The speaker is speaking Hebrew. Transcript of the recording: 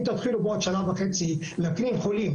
אם תתחילו בעוד שנה וחצי להקרין חולים,